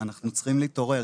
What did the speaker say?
אנחנו צריכים להתעורר.